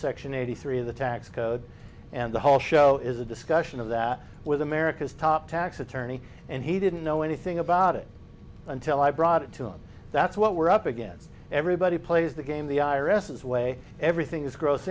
section eighty three of the tax code and the whole show is a discussion of that with america's top tax attorney and he didn't know anything about it until i brought it to him that's what we're up against everybody plays the game the i r s is way everything is gross